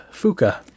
Fuka